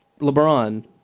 LeBron